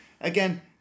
again